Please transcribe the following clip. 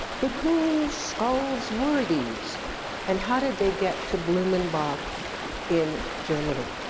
but whose skulls were these and how did they get to blumenbach in germany?